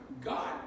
God